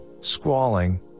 squalling